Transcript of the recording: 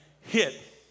hit